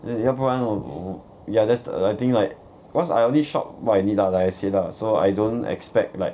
then 要不然我我我 ya that's the I think like cause I only shop what I need lah like I said lah so I don't expect like